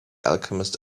alchemist